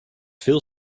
veel